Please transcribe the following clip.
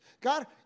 God